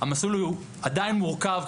המסלול עדיין מורכב,